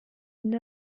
une